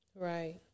Right